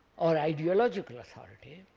or ideological authority,